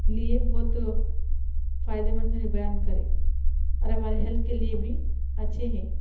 لیے بہت فائدے مند ہے بیان کرے اور ہمارے ہیلتھ کے لیے بھی اچھے ہیں